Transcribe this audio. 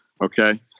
Okay